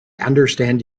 understand